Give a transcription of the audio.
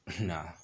nah